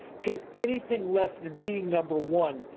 cause anything less than and being number one,